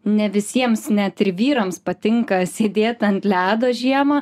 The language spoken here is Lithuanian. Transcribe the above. ne visiems net ir vyrams patinka sėdėt ant ledo žiemą